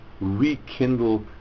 rekindle